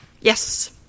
Yes